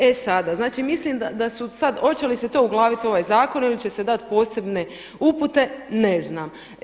E sada, znači mislim da su sada, hoće li se to uglaviti u ovaj zakon ili će se dati posebne upute ne znam.